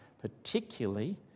particularly